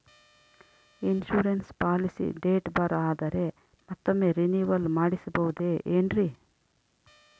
Insurance policy date ಬಾರ್ ಆದರೆ ಮತ್ತೊಮ್ಮೆ ರಿನಿವಲ್ ಮಾಡಿಸಬಹುದೇ ಏನ್ರಿ?